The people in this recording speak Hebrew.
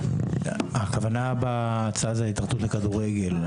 הכוונה בהצעה היא להתאחדות כדורגל.